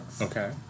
Okay